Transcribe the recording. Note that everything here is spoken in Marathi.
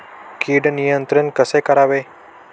कीड नियंत्रण कसे करावे?